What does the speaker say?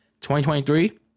2023